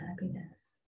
happiness